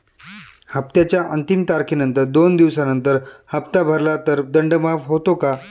हप्त्याच्या अंतिम तारखेनंतर दोन दिवसानंतर हप्ता भरला तर दंड माफ होतो का?